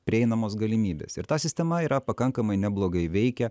prieinamos galimybės ir ta sistema yra pakankamai neblogai veikia